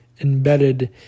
embedded